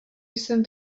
jsem